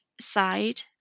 side